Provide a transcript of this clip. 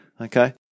Okay